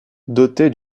doté